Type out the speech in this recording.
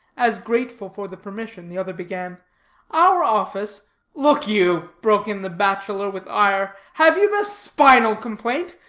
as grateful for the permission, the other began our office look you, broke in the bachelor with ire, have you the spinal complaint?